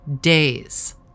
days